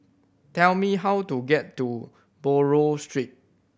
tell me how to get to Buroh Street